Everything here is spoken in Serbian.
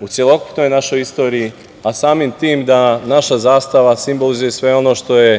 u celokupnoj našoj istoriji, a samim tim da naša zastava simbolizuje sve ono što je